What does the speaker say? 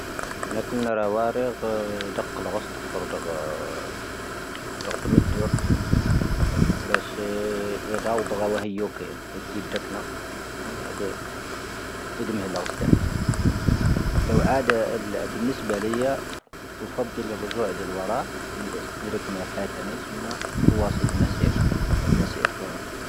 ⵏⴰⴽⴻ ⵏⵔⴻⴰⵡⴰⵔⵉⵇ, ⴷⵀⴰⵇⵇ ⵍⵀⴰⵇⴰⵙⵏ ⴷⵀⴰⵇⵜⵎ ⴷⴷⵓⵔⴷ,. ⴱⴰⵙⵀⵉ ⵍⵀⴰⵇⴰⵙ ⵏⵀⴰⵇⴰⵙⵏ ⴷⵀⴰⵇⵜⵎ ⴷⵀⴰⵇⵜⵎ ⵢⴰoⴽⴻⵉⵏ,. ⵢⴰⴷ ⵜⴷⵉⴷⴷⴰⵇⵏⵡⴰ,. ⵍⵀⴰⵇⴰⵙⵏ ⴷⵀⴰⵇⵜⵎ. ⵍⵀⴰⵇⴰⴷ ⴱⵏⵉⵙⴱⴰⵍⵉⵢⴰ,. ⵡⴼⴰⴷⴷⵉ ⵍⵀⴰⵇⴰⵙⵏ ⵍⵀⴰⵇⴰⵙⵏ ⴷⵀⴰⵇⵜⵎ. ⵍⵀⴰⵇⴰⵙⵏ ⵍⵀⴰⵇⴰⵙⵏ ⴷⵀⴰⵇⵜⵎ. ⵍⵀⴰⵇⴰⵙⵏ ⵍⵀⴰⵇⴰⵙⵏ ⵎⴰⵙⴻⴻⵔ.